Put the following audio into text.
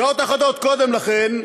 שעות אחדות קודם לכן,